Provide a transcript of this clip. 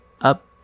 up